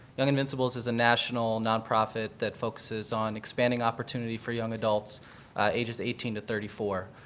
young invincibles is a national nonprofit that focuses on expanding opportunity for young adults ages eighteen to thirty four.